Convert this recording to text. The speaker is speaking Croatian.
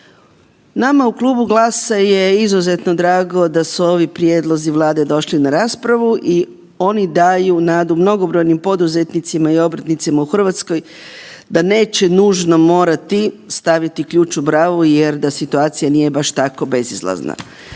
nama u Klubu GLAS-a je izuzetno drago da su ovi prijedlozi Vlade došli na raspravu i oni daju nadu mnogobrojnim poduzetnicima i obrtnicima u Hrvatskoj da neće nužno morati staviti ključ u bravu jer da situacija nije baš tako bezizlazna.